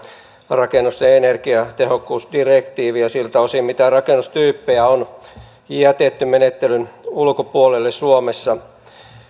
rakennusten energiatehokkuusdirektiiviä siltä osin mitä rakennustyyppejä on jätetty menettelyn ulkopuolelle suomessa